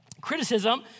criticism